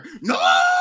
No